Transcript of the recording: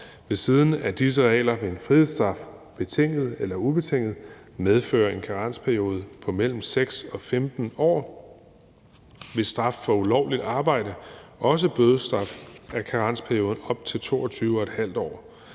Ved siden af disse regler vil en frihedsstraf, betinget eller ubetinget, medføre en karensperiode på mellem 6 og 15 år. Ved straf for ulovligt arbejde, også bødestraf, er karensperioden op til 22½ år.